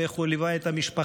ואיך הוא ליווה את המשפחה,